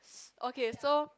okay so